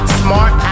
smart